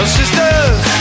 sisters